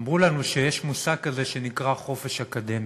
אמרו לנו שיש מושג כזה שנקרא חופש אקדמי.